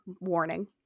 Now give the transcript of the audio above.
warning